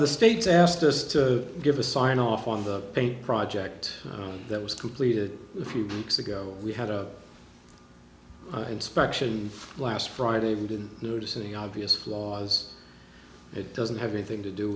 the states asked us to give a sign off on the a project that was completed a few weeks ago we had a inspection last friday we didn't notice any obvious flaws it doesn't have anything to do